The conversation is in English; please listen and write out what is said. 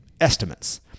estimates